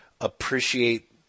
appreciate